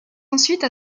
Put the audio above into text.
ensuite